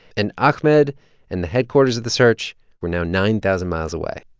and ahmed and the headquarters of the search were now nine thousand miles away.